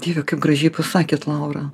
dieve kaip gražiai pasakėt laura